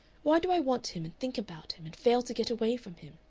why do i want him, and think about him, and fail to get away from him?